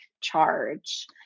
charge